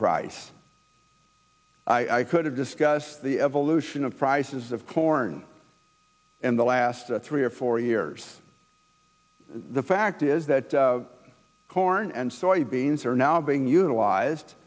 price i could have discussed the evolution of prices of corn in the last three or four years the fact is that corn and soybeans are now being utilized